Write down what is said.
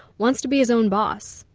wants to be his own boss.